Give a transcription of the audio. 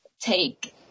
take